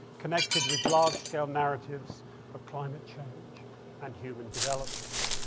connected with large scale narratives of climate change and human development.